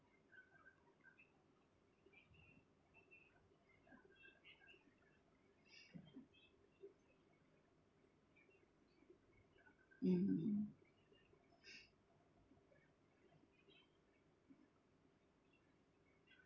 mm